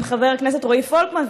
עם חבר הכנסת רועי פולקמן,